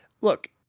look